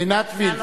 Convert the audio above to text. עינת וילף,